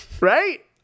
Right